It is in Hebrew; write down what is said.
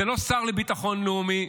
זה לא שר לביטחון לאומי,